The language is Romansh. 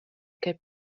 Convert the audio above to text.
ch’ei